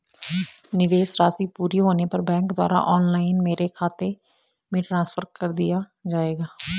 निवेश राशि पूरी होने पर बैंक द्वारा ऑनलाइन मेरे खाते में ट्रांसफर कर दिया जाएगा?